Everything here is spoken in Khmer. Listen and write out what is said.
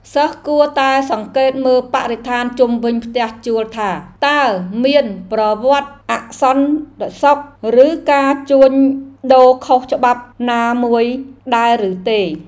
សិស្សគួរតែសង្កេតមើលបរិស្ថានជុំវិញផ្ទះជួលថា តើមានប្រវត្តិអសន្តិសុខឬការជួញដូរខុសច្បាប់ណាមួយដែរឬទេ។